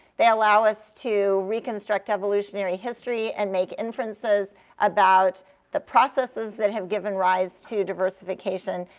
they allow us to reconstruct evolutionary history and make inferences about the processes that have given rise to diversification.